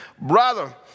brother